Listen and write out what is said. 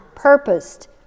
purposed